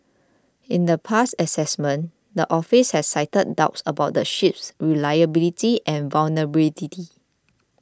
in the past assessments the office has cited doubts about the ship's reliability and vulnerability